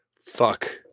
fuck